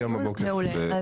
מעולה.